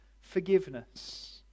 forgiveness